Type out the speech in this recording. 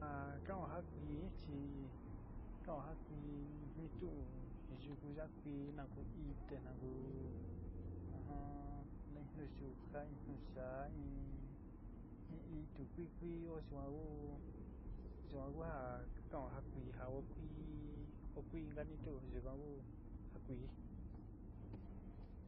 A kan'ó ja kuí chi kan'ó ja kuí mi tuú yuku ya'á kuí na ku ité na ku nu yuja, nu yaá, in in itú kuí kuí iío yuan ku yuan ku ja ka kan'ó ja kuí ja oó kuí oó kuí inka ni tu yuka ni ku ja kuí.